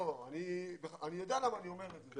אני יודע למה אני אומר את זה,